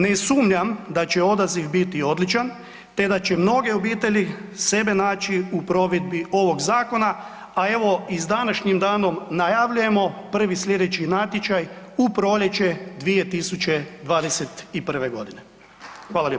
Ne sumnjam da će odaziv biti odličan, te da će mnoge obitelji sebe naći u provedbi ovog zakona, a evo i s današnjim danom najavljujemo prvi slijedeći natječaj u proljeće 2021.g. Hvala lijepo.